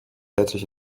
herzlich